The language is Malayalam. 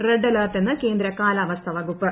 റെഡ് അലേർട്ട് എന്ന് കേന്ദ്ര കാലാവസ്ഥ വകുപ്പ്